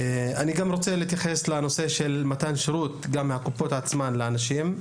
אני גם רוצה להתייחס לנושא של מתן שירות גם של הקופות עצמן לאנשים.